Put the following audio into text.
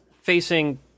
facing